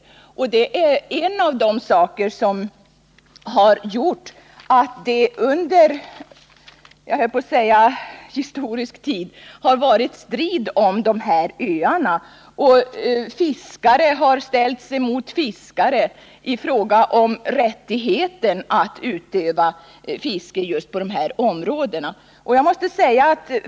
Det är en av de saker som har gjort att det under lång — jag höll på att säga historisk —tid har stått strid om dessa öar. Fiskare har ställts mot fiskare i fråga om rättigheten att utöva fiske just i dessa områden.